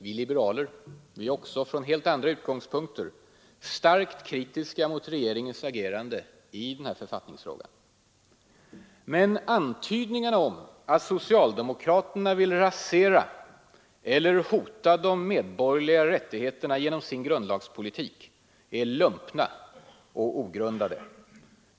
Vi liberaler är också — från helt andra utgångspunkter — starkt kritiska mot regeringens agerande i den här författningsfrågan. Men antydningarna om att socialdemokraterna vill rasera eller hota de medborgerliga rättigheterna genom sin grundlagspolitik är lumpna och ogrundade.